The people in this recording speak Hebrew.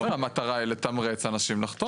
המטרה היא לתמרץ אנשים לחתום.